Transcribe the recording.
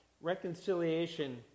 reconciliation